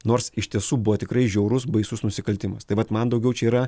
nors iš tiesų buvo tikrai žiaurus baisus nusikaltimas tai vat man daugiau čia yra